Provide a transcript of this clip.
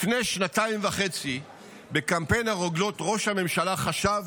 לפני שנתיים וחצי בקמפיין הרוגלות ראש הממשלה חשב,